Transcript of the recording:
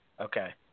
Okay